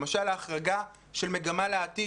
למשל ההחרגה של "מגמה לעתיד",